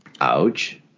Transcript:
Ouch